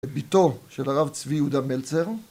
את ביתו של הרב צבי יהודה מלצר